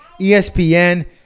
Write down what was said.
ESPN